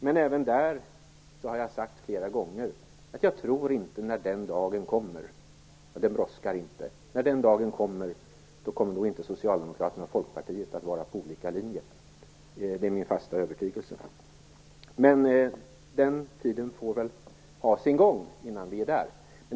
Men jag har flera gånger sagt att jag inte tror - det är min fasta övertygelse - att Socialdemokraterna och Folkpartiet kommer att följa olika linjer när den dagen kommer, och det brådskar inte. Men tiden får väl ha sin gång tills vi är där.